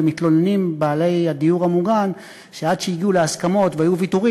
ומתלוננים בעלי הדיור המוגן שעד שהגיעו להסכמות והיו ויתורים,